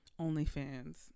OnlyFans